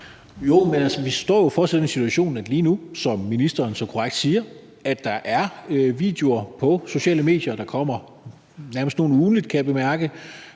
(LA): Vi står jo i den situation lige nu, at der, som ministeren så korrekt siger, er videoer på sociale medier. Der kommer nærmest nogle ugentligt, har jeg bemærket,